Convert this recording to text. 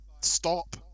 stop